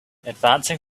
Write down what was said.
advancing